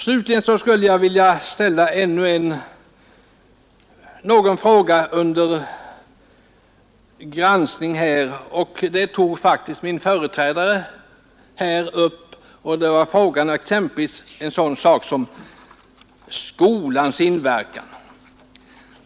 Slutligen skulle jag vilja ställa ännu en fråga under granskning — min företrädare i talarstolen tog också upp den — och den gäller skolans möjligheter att påverka utvecklingen.